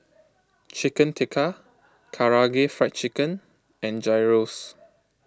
Chicken Tikka Karaage Fried Chicken and Gyros